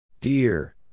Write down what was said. Dear